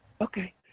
Okay